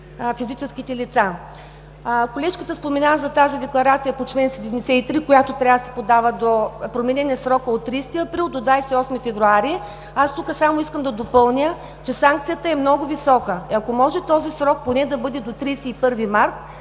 Колежката спомена за декларацията по чл. 73, която трябва да се подава. Променен е срокът от 30 април до 28 февруари. Аз искам само да допълня, че санкцията е много висока. Ако може този срок поне да бъде до 31 март,